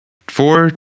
Four